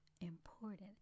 important